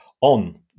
on